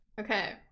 Okay